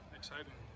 exciting